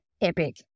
epic